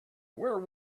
where